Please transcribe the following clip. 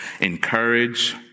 Encourage